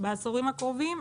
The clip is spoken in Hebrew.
בעשורים הקרובים,